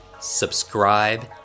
subscribe